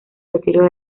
retiro